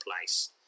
place